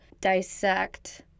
dissect